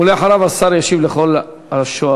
ואחריו, השר ישיב לכל השואלים.